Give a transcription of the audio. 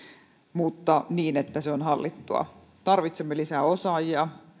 mutta niin että se on hallittua tarvitsemme lisää osaajia